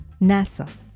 NASA